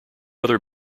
other